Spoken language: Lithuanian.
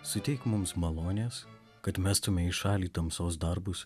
suteik mums malonės kad mestume į šalį tamsos darbus